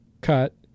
cut